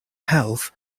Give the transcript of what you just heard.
health